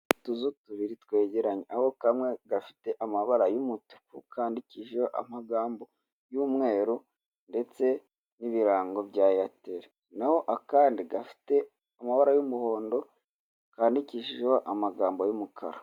Utuzu tubiri twegeranye aho kamwe gafite amabara y'umutuku kandikishijeho amagambo y'umweru ndetse n'ibirango bya Airtel, naho akandi amabara y'umuhondo kandikishijeho amagambo y'umukara.